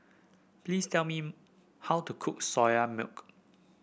please tell me how to cook Soya Milk